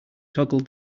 toggle